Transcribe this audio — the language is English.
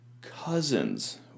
Cousins